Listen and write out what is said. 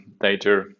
data